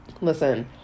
Listen